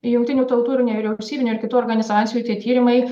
jungtinių tautų ir nevyriausybinių ir kitų organizacijų tie tyrimai